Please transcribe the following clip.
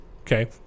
Okay